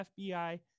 FBI